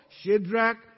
Shadrach